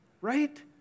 right